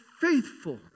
faithful